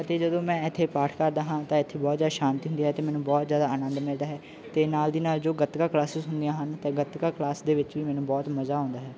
ਅਤੇ ਜਦੋਂ ਮੈਂ ਇੱਥੇ ਪਾਠ ਕਰਦਾ ਹਾਂ ਤਾਂ ਇੱਥੇ ਬਹੁਤ ਜ਼ਿਆਦਾ ਸ਼ਾਂਤੀ ਹੁੰਦੀ ਹੈ ਅਤੇ ਮੈਨੂੰ ਬਹੁਤ ਜ਼ਿਆਦਾ ਆਨੰਦ ਮਿਲਦਾ ਹੈ ਅਤੇ ਨਾਲ ਦੀ ਨਾਲ ਜੋ ਗੱਤਕਾ ਕਲਾਸਿਸ ਹੁੰਦੀਆਂ ਹਨ ਤਾਂ ਗੱਤਕਾ ਕਲਾਸ ਦੇ ਵਿੱਚ ਵੀ ਮੈਨੂੰ ਬਹੁਤ ਮਜ਼ਾ ਆਉਂਦਾ ਹੈ